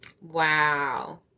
Wow